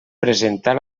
presentar